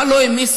מה לא העמיסו.